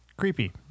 creepy